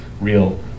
real